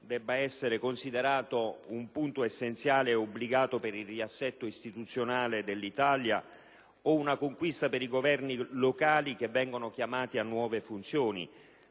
debba essere considerato un punto essenziale obbligato per il riassetto istituzionale dell'Italia o una conquista per i governi locali che vengono chiamati a nuove funzioni.